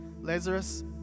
Lazarus